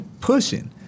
pushing